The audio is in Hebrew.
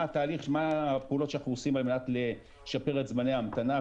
מה הפעולות שאנחנו עושים על מנת לשפר את זמני ההמתנה,